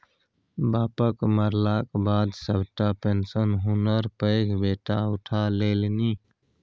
बापक मरलाक बाद सभटा पेशंन हुनकर पैघ बेटा उठा लेलनि